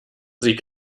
sie